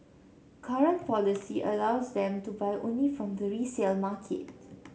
current policy allows them to buy only from the resale market